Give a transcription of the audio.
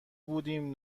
بودیم